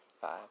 five